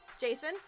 Jason